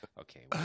Okay